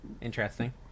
interesting